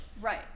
Right